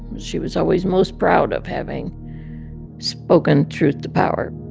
she was always most proud of having spoken truth to power